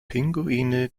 pinguine